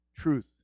truth